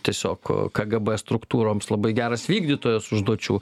tiesiog kgb struktūroms labai geras vykdytojas užduočių